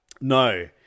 No